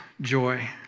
joy